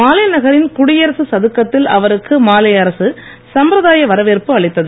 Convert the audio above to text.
மாலே நகரின் குடியரசு சதுக்கத்தில் அவருக்கு மாலே அரசு சம்பிரதாய வரவேற்பு அளித்தது